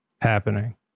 happening